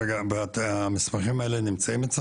רגע, המסמכים האלה נמצאים אצלך?